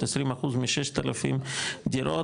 20 אחוז מ-6,000 דירות,